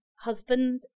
Husband